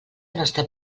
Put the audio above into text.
nostra